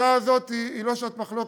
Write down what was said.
השעה הזאת היא לא שעת מחלוקת,